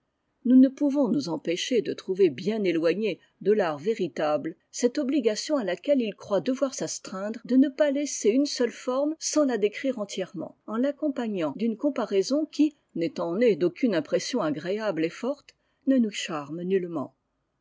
nous ne pouvons nous empêcher de trouver bien éloignée de l'art véritable cette obligation à laquelle il croit devoir s'astreindre de ne pas laisser une seule forme sans la décrire entièrement en l'accompagnant d'une comparaison qui n'étant née d'aucune impression agréable et forte ne nous charme nullement